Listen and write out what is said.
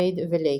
וייד ולייק.